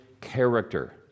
character